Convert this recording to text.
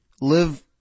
live